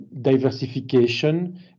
diversification